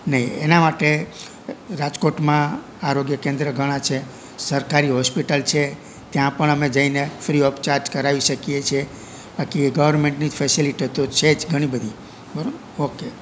નહીં એનાં માટે રાજકોટમાં આરોગ્ય કેન્દ્ર ઘણાં છે સરકારી હોસ્પિટલ છે ત્યાં પણ અમે જઈને ફ્રી ઓપ ચાર્જ કરાવી શકીએ છીએ બાકી ગવર્મેન્ટની ફેસેલીટે તો છે જ ઘણી બધી ઓકે